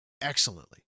excellently